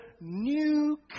new